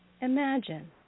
imagine